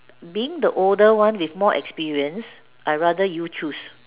being the older one is more experience I rather you choose